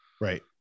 Right